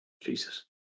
Jesus